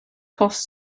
cost